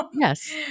Yes